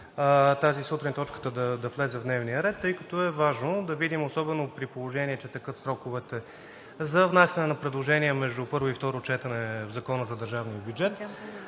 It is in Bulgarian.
тази сутрин подкрепиха точката да влезе в дневния ред, тъй като е важно да видим, особено при положение че текат сроковете за внасяне на предложения между първо и второ четене в Закона за държавния бюджет.